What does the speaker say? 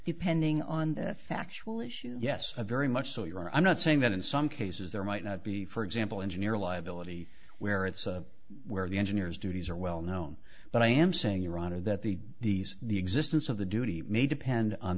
depending on the factual issue yes very much so you're i'm not saying that in some cases there might not be for example engineer liability where it's where the engineers duties are well known but i am saying your honor that the these the existence of the duty may depend on